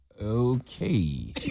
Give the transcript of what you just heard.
Okay